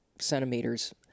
centimeters